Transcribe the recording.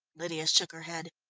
lydia shook her head.